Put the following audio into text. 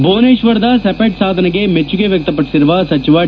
ಭುವನೇತ್ತರದ ಸಿಪೆಟ್ ಸಾಧನೆಗೆ ಮೆಚ್ಲುಗೆ ವ್ಯಕ್ಷಪಡಿಸಿರುವ ಸಚಿವ ಡಿ